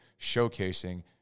showcasing